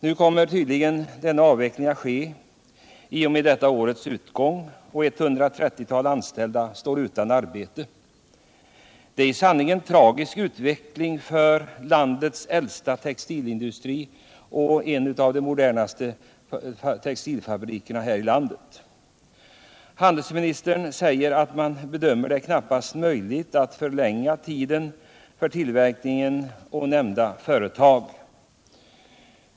Nu kommer tydligen denna avveckling att ske i och med detta års utgång, och 130 anställda står utan arbete. Det är i sanning en tragisk utveckling för landets äldsta textilindustri och en av de modernaste textilfabrikerna här i landet. Handelsministern säger att man bedömer det knappast möjligt att förlänga tiden för tillverkningen vid nämnda företag.